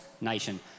nation